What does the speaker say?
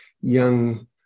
young